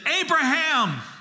Abraham